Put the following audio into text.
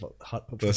hot